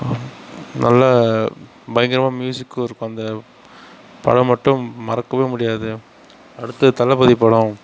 நல்லா பயங்கரமாக மியூசிக்கும் இருக்கும் அந்த படம் மட்டும் மறக்கவே முடியாது அடுத்து தளபதி படம்